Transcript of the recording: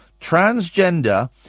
Transgender